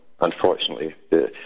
unfortunately